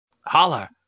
Holler